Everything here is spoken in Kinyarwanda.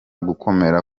gukomera